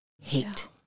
hate